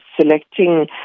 selecting